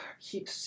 keep